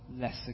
lesser